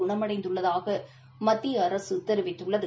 குணமடைந்துள்ளதாக மத்திய அரசு தெரிவித்துள்ளது